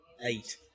eight